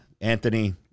anthony